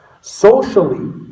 Socially